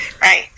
Right